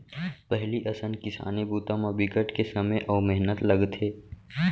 पहिली असन किसानी बूता म बिकट के समे अउ मेहनत लगथे